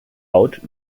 out